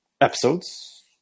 episodes